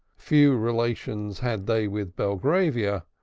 few relations had they with belgravia,